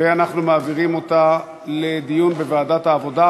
ואנחנו מעבירים אותה לדיון בוועדת העבודה,